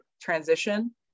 transition